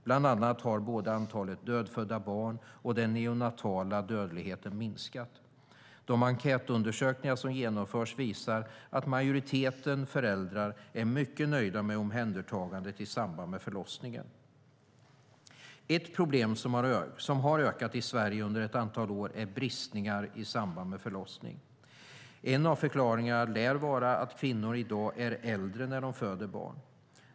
Bland annat har både antalet dödfödda barn och den neonatala dödligheten minskat. De enkätundersökningar som genomförs visar att majoriteten föräldrar är mycket nöjda med omhändertagandet i samband med förlossningen. Ett problem som har ökat i Sverige under ett antal år är bristningar i samband med förlossning. En av förklaringarna lär vara att kvinnor i dag är äldre när de föder barn.